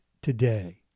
today